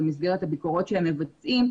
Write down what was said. במסגרת הביקורות שהם מבצעים,